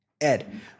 Ed